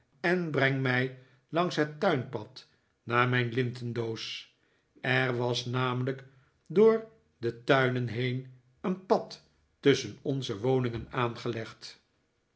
en breng mij langs het tuinpad naar mijn lintendoos er was namelijk door de tuinen heen een pad tusschen onze woningen aangelegd